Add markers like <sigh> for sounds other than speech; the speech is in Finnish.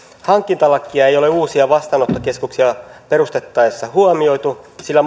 hankintalakia ei ole uusia vastaanottokeskuksia perustettaessa huomioitu sillä <unintelligible>